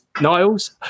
Niles